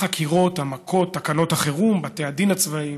החקירות, המכות, תקנות החירום, בתי הדין הצבאיים,